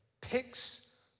picks